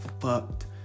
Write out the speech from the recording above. fucked